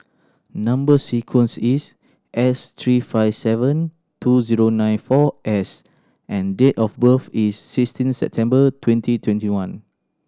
number sequence is S three five seven two zero nine four S and date of birth is sixteen September twenty twenty one